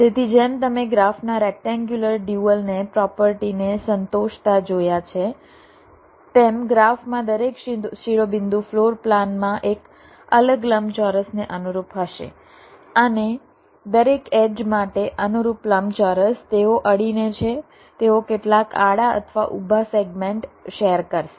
તેથી જેમ તમે ગ્રાફના રેક્ટેન્ગ્યુલર ડ્યુઅલને પ્રોપર્ટી ને સંતોષતા જોયા છે તેમ ગ્રાફમાં દરેક શિરોબિંદુ ફ્લોર પ્લાનમાં એક અલગ લંબચોરસને અનુરૂપ હશે અને દરેક એડ્જ માટે અનુરૂપ લંબચોરસ તેઓ અડીને છે તેઓ કેટલાક આડા અથવા ઊભા સેગમેન્ટ શેર કરશે